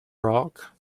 rock